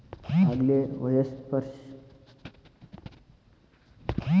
algae, oysters